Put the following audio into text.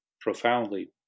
profoundly